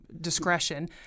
discretion